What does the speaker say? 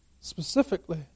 specifically